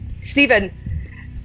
Stephen